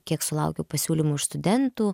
kiek sulaukiau pasiūlymų iš studentų